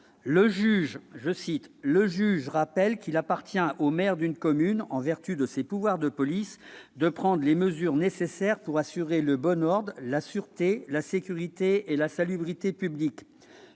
d'avril 2019 :« Le juge rappelle qu'il appartient au maire d'une commune, en vertu de ses pouvoirs de police, de prendre les mesures nécessaires pour assurer le bon ordre, la sûreté, la sécurité et la salubrité publique.